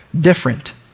different